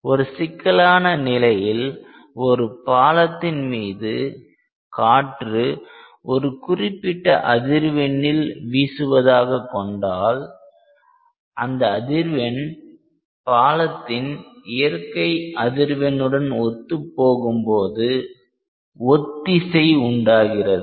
ஒரு சிக்கலான நிலையில் ஒரு பாலத்தின் மீது காற்று ஒரு குறிப்பிட்ட அதிர்வெண்ணில் வீசுவதாக கொண்டால் அந்த அதிர்வெண் பாலத்தின் இயற்கை அதிர்வெண்ணுடன் ஒத்துப்போகும் போது ஒத்திசை உண்டாகிறது